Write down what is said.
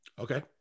Okay